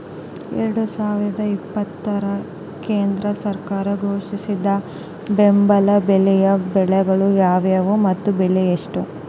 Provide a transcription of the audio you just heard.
ಎರಡು ಸಾವಿರದ ಇಪ್ಪತ್ತರ ಕೇಂದ್ರ ಸರ್ಕಾರ ಘೋಷಿಸಿದ ಬೆಂಬಲ ಬೆಲೆಯ ಬೆಳೆಗಳು ಯಾವುವು ಮತ್ತು ಬೆಲೆ ಎಷ್ಟು?